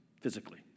physically